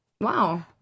Wow